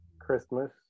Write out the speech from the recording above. Christmas